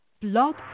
Blog